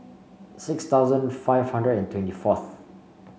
six thousand five hundred and twenty fourth